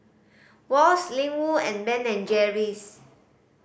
Wall's Ling Wu and Ben and Jerry's